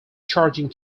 charging